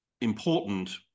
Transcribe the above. important